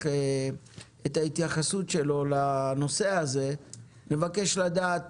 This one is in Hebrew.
את ההתייחסות שלו לנושא הזה נבקש לדעת